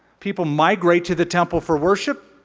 people migrate to the temple for worship,